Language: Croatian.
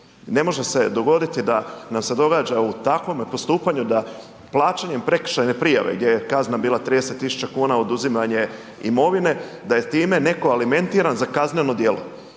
Ne može se dogoditi da nam se događa u takvome postupanju da plaćanje prekršajne prijave gdje kazna bila 30 tisuća kuna, oduzimanje imovine, da je time neko alimentiran za kazneno djelo.